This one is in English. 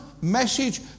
message